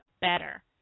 better